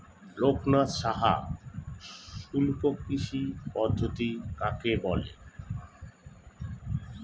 লোকনাথ সাহা শুষ্ককৃষি পদ্ধতি কাকে বলে?